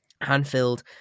hand-filled